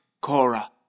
Cora